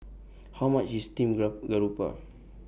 How much IS Steamed Garoupa